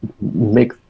make